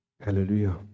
Hallelujah